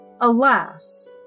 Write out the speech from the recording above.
Alas